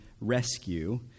rescue